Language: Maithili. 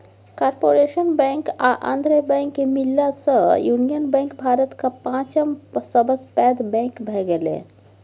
कारपोरेशन बैंक आ आंध्रा बैंक मिललासँ युनियन बैंक भारतक पाँचम सबसँ पैघ बैंक भए गेलै